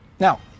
Now